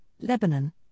Lebanon